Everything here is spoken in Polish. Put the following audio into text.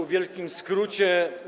W wielkim skrócie.